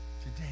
today